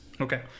Okay